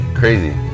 crazy